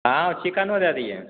हँ चिकेनो दै दीहऽ